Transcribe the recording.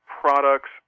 products